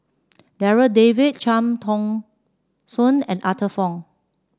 Darryl David Cham Tao Soon and Arthur Fong